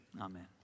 amen